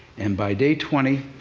and by day twenty,